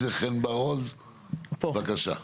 חן בר-עוז, בבקשה.